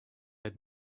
had